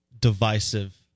divisive